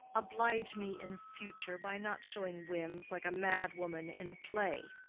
oblige me in future by not showing whims like a mad woman in a play.